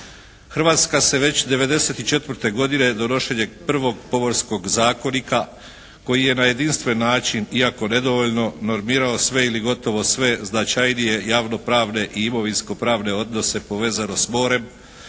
Hrvatska se već 94. godine donošenje prvog Pomorskog zakona koji je na jedinstven način iako nedovoljno normirao sve ili gotovo sve značajnije javnopravne i imovinsko pravne odnose povezano s morem,